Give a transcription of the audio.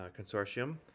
consortium